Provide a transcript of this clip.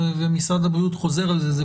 ומשרד הבריאות חוזר על זה.